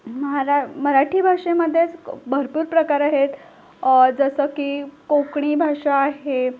महारा मराठी भाषेमध्ये भरपूर प्रकार आहेत जसं की कोकणी भाषा आहे